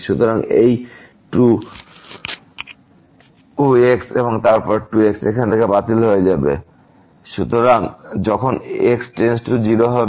সুতরাং এই 2x এবং তারপর 2x এখান থেকে বাতিল হবে এবং যখন x → 0 হবে